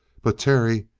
but terry,